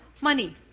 money